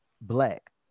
black